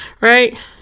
Right